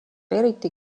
eriti